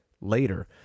later